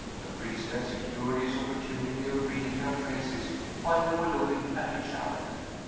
the priest had secured his opportunity of reading their faces while they were looking at each other.